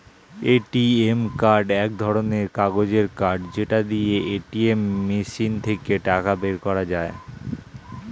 ATM card এক ধরণের কাগজের কার্ড যেটা দিয়ে এটিএম মেশিন থেকে টাকা বের করা যায়